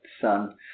sun